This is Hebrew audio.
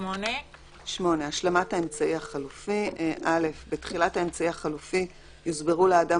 סעיף 8. השלמת האמצעי החלופי בתחילת האמצעי החלופי יוסברו לאדם